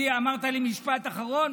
אמרת לי משפט אחרון?